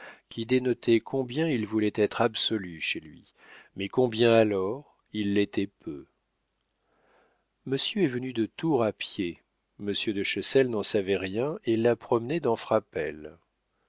qui dénotait combien il voulait être absolu chez lui mais combien alors il l'était peu monsieur est venu de tours à pied monsieur de chessel n'en savait rien et l'a promené dans frapesle